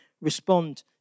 respond